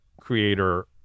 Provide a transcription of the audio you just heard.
creator